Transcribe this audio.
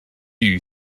you